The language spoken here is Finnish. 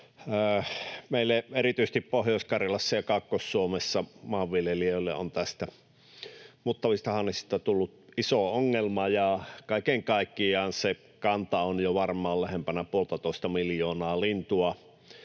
Meillä erityisesti Pohjois-Karjalassa ja Kaakkois-Suomessa maanviljelijöille on muuttavista hanhista tullut iso ongelma, ja kaiken kaikkiaan se kanta on jo varmaan lähempänä puoltatoista miljoonaa lintua,